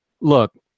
Look